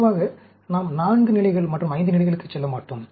பொதுவாக நாம் 4 நிலைகள் மற்றும் 5 நிலைகளுக்கு செல்ல மாட்டோம்